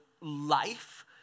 life